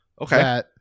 Okay